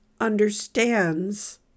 understands